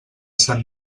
sant